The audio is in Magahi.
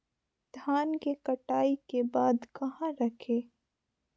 धान के कटाई के बाद कहा रखें?